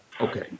okay